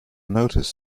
notice